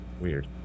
Weird